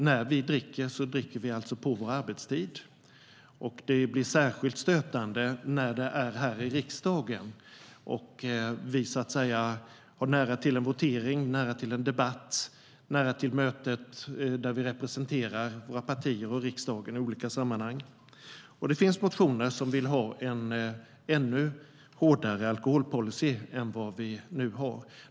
När vi dricker dricker vi alltså på vår arbetstid. Det blir särskilt stötande när det sker här i riksdagen och vi har nära till en votering, nära till en debatt, nära till möten där vi representerar våra partier och riksdagen i olika sammanhang. Det finns motioner som yrkar på en ännu hårdare alkoholpolicy än vi har nu.